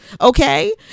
Okay